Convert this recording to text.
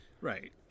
Right